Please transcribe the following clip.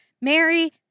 Mary